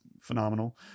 phenomenal